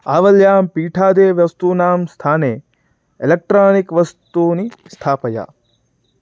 आवल्यां पीठादिवस्तूनां स्थाने एलेक्ट्रानिक् वस्तूनि स्थापय